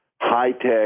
high-tech